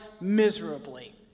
miserably